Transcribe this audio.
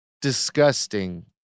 disgusting